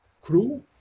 Crew